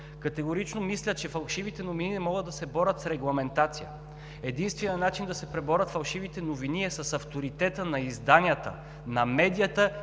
Категорично мисля, че фалшивите новини не могат да се борят с регламентация. Единственият начин да се преборят фалшивите новини е с авторитета на изданията, на медията